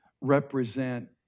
represent